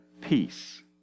peace